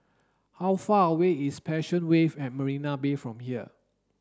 how far away is Passion Wave at Marina Bay from here